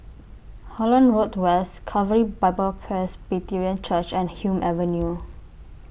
Holland Road West Calvary Bible Presbyterian Church and Hume Avenue